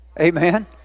Amen